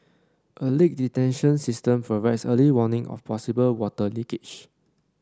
a leak detection system provides early warning of possible water leakage